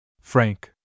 Frank